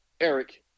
Eric